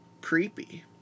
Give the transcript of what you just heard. creepy